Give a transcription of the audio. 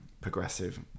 progressive